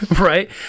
Right